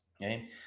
Okay